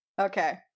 Okay